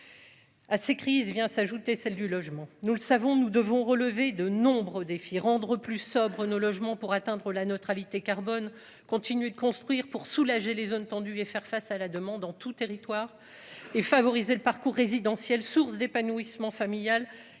ah ces crises vient s'ajouter celle du logement, nous le savons, nous devons relever de nombreux défis, rendre plus sobre nos logements pour atteindre la neutralité carbone continue de construire pour soulager les zones tendues et faire face à la demande en tout territoire et favoriser le parcours résidentiel, source d'épanouissement familial